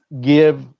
give